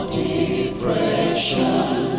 depression